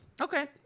Okay